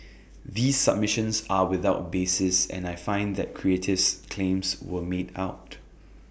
these submissions are without basis and I find that creative's claims were made out